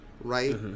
right